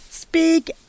Speak